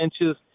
inches